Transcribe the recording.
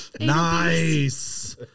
Nice